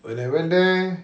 when I went there